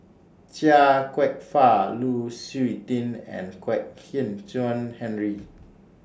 Chia Kwek Fah Lu Suitin and Kwek Hian Chuan Henry